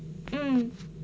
mm